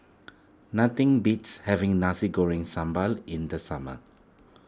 nothing beats having Nasi Goreng Sambal in the summer